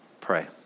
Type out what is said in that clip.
pray